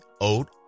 oat